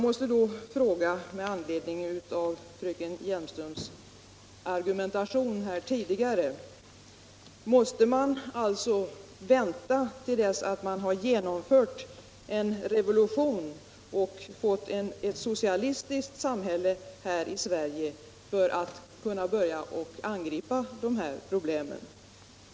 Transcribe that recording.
Med anledning av fröken Hjelmströms argumentation vill jag fråga om vi måste vänta tills man genomfört en revolution och fått ett socialistiskt samhälle i Sverige för att kunna börja angripa de här problemen.